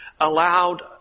allowed